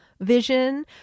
vision